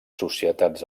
societats